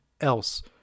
else